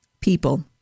people